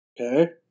Okay